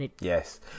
Yes